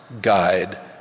guide